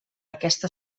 aquesta